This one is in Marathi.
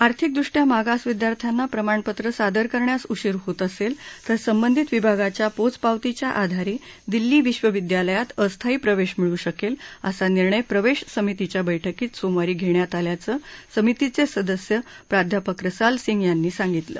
आर्थिकदृष्ट्या मागास विद्यार्थ्यांना प्रमाण पत्र सादर करण्यास उशीर होत असेल तर संबंधीत विभागाच्या पोच पावतीच्या आधारे आधारे दिल्ली विश्वविद्यालयात अस्थायी प्रवेश मिळू शकेल असा निर्णय प्रवेश समितीच्या बैठकीत सोमवारी घेण्यात आल्याचं समितीचे सदस्य प्राध्यापक रसाल सिंग यांनी सांगितलं